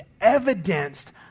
evidenced